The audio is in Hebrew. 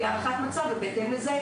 שאני כן בעד התחסנות ובעד בדיקה,